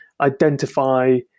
identify